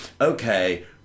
okay